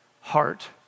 heart